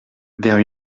vers